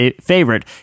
favorite